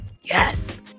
yes